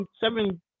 seven